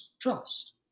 trust